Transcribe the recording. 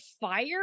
fire